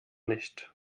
nicht